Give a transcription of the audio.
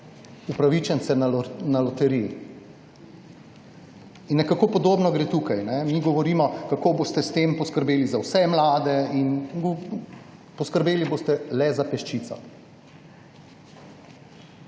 upravičence na loteriji. Nekako podobno gre tukaj. Mi govorimo, kako boste s tem poskrbeli za vse mlade. Poskrbeli boste pa le za peščico.